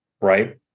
right